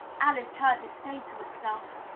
alice heard it say to itself,